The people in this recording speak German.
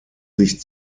sich